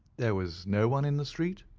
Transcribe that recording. there was no one in the street?